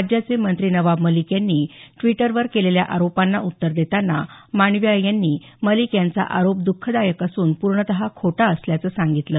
राज्याचे मंत्री नवाब मलिक यांनी ड्वीटरवर केलेल्या आरोपांना उत्तर देताना मांडविया यांनी मलिक यांचा आरोप द्खदायक असून पूर्णत खोटा असल्याचं सांगितलं